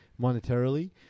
monetarily